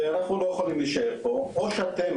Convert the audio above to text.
ושהם לא יכולים להישאר שם "או שאתם,